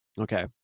Okay